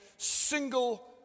single